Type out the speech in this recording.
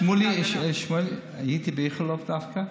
שמולי, אני הייתי באיכילוב דווקא.